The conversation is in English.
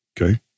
okay